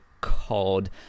called